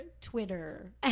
Twitter